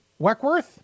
Weckworth